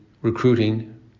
recruiting